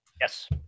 Yes